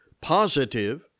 Positive